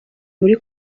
muri